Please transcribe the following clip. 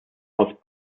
aus